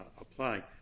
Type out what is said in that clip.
apply